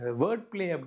wordplay